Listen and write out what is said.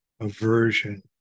aversion